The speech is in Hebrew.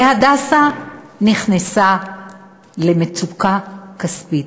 "הדסה" נכנס למצוקה כספית.